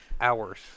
hours